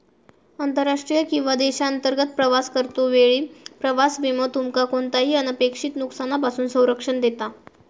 आंतरराष्ट्रीय किंवा देशांतर्गत प्रवास करतो वेळी प्रवास विमो तुमका कोणताही अनपेक्षित नुकसानापासून संरक्षण देता